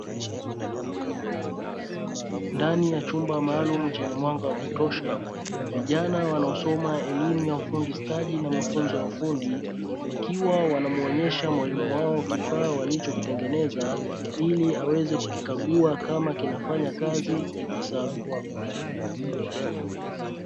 Ndani ya chumba maalum chenye mwanga wa kutosha vijana wanaosoma elimu ya ufundi stadi na mafunzo ya ufundi wakiwa wanamuonyesha mwalimu wao kifaa walichokitengeneza ili aweze kukikagua kama kinafanya kazi ipasavyo.